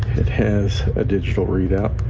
it has a digital readout.